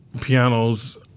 pianos